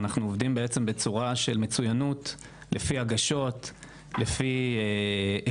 אנחנו עובדים בעצם בצורה של מצוינות לפי הגשות,